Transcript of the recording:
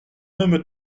même